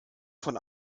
von